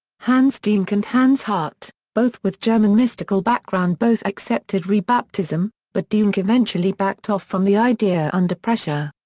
hans denck and hans hut, both with german mystical background both accepted rebaptism, but denck eventually backed off from the idea under pressure.